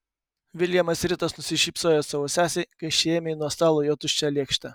viljamas ritas nusišypsojo savo sesei kai ši ėmė nuo stalo jo tuščią lėkštę